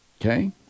okay